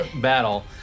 battle